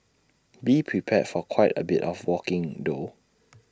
be prepared for quite A bit of walking though